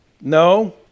No